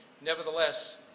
Nevertheless